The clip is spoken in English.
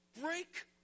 Break